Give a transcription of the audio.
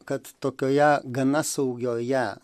kad tokioje gana saugioje